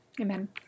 amen